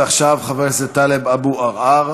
ועכשיו חבר הכנסת טלב אבו עראר.